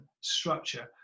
structure